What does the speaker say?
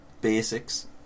Basics